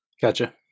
Gotcha